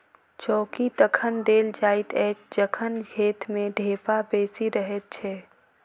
चौकी तखन देल जाइत अछि जखन खेत मे ढेपा बेसी रहैत छै